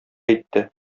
әйтте